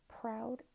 Proud